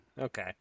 Okay